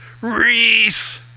Reese